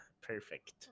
perfect